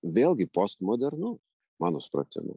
vėlgi postmodernus mano supratimu